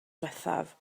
ddiwethaf